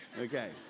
Okay